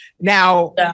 Now